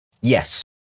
yes